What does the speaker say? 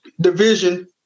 division